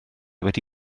wedi